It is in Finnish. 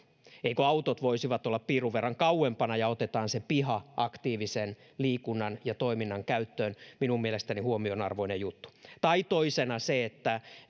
eivätkö autot voisi olla piirun verran kauempana otettaisiin se piha aktiivisen liikunnan ja toiminnan käyttöön minun mielestäni huomionarvoinen juttu tai toisena se